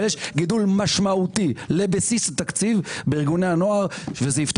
אבל יש גידול משמעותי לבסיס התקציב בארגוני הנוער וזה יפתור